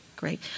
Great